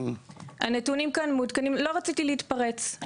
לא רציתי להתפרץ,